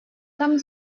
tam